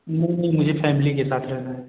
नहीं नहीं मुझे फैमली के साथ रहना है